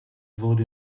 wurde